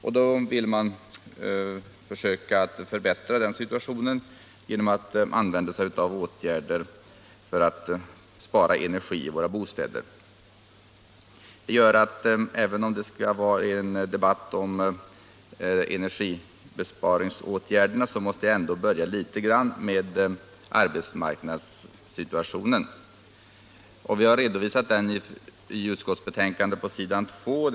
Man vill försöka förbättra den situationen genom att använda sig av åtgärder för att spara energi i våra bostäder. Även om denna debatt skall handla om energibesparande åtgärder, måste jag ändå börja med arbetsmarknadssituationen. Vi har på s. 2 i utskottsbetänkandet redovisat läget.